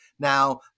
Now